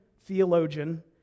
theologian